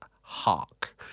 Hawk